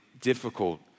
difficult